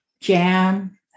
jam